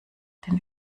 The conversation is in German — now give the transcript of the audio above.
den